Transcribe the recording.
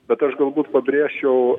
bet aš galbūt pabrėžčiau